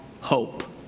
hope